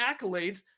accolades